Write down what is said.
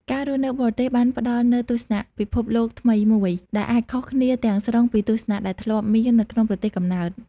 ការរស់នៅបរទេសបានផ្ដល់នូវទស្សនៈពិភពលោកថ្មីមួយ ដែលអាចខុសគ្នាទាំងស្រុងពីទស្សនៈដែលធ្លាប់មាននៅក្នុងប្រទេសកំណើត។